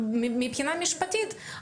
מבחינה משפטית,